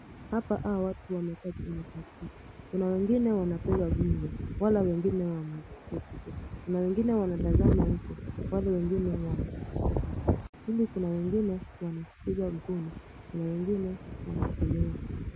Hapa hawa watu wamekaa chini, kuna wengine wanapiga gumzo wala wengine wameketi tu. Kuna wengine wanatazama huko wale wengine wanacheka cheka. Ila kuna wengine wanasikiza gumzo, na kuna wengine wamechelewa.